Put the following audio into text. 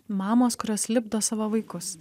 mamos kurios lipdo savo vaikus